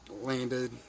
landed